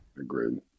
agreed